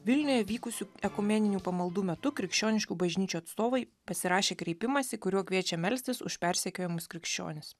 vilniuje vykusių ekumeninių pamaldų metu krikščioniškų bažnyčių atstovai pasirašė kreipimąsi kuriuo kviečia melstis už persekiojamus krikščionis